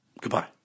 Goodbye